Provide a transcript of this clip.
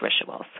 rituals